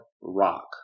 rock